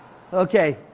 okay,